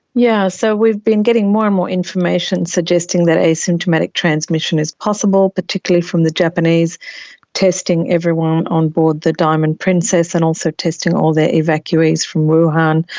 yeah so we've been getting more and more information suggesting that asymptomatic transmission is possible, particularly from the japanese testing everyone on board the diamond princess and also testing all their evacuees from wuhan,